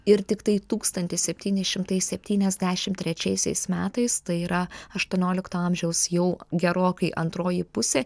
ir tiktai tūkstantis septyni šimtai septyniasdešimt trečiaisiais metais tai yra aštuoniolikto amžiaus jau gerokai antroji pusė